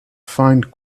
find